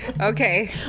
okay